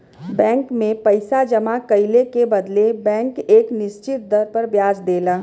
bank में पइसा जमा कइले के बदले बैंक एक निश्चित दर पर ब्याज देला